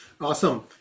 Awesome